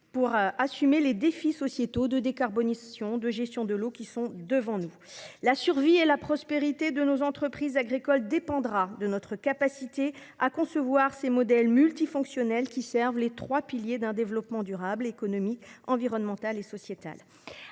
pour assumer les défis sociétaux de décarbonisation de gestion de l'eau qui sont devant nous, la survie et la prospérité de nos entreprises agricoles dépendra de notre capacité à concevoir ses modèles multifonctionnel qui servent les trois piliers d'un développement durable économique environnemental et sociétal